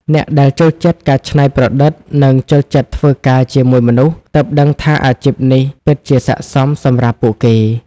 អ្នកដែលចូលចិត្តការច្នៃប្រឌិត និងចូលចិត្តធ្វើការជាមួយមនុស្ស ទើបដឹងថាអាជីពនេះពិតជាស័ក្តិសមសម្រាប់ពួកគេ។